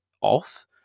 off